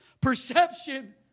Perception